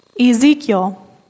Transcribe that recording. Ezekiel